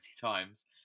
times